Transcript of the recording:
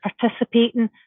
participating